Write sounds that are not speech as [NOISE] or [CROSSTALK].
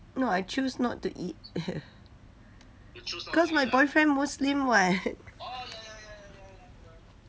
no I choose not to eat [LAUGHS] cause my boyfriend muslim [what]